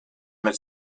mit